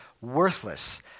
worthless